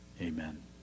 Amen